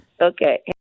Okay